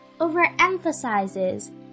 overemphasizes